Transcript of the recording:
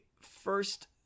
first